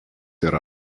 yra